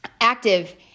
active